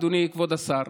אדוני כבוד השר.